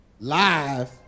live